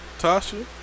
Tasha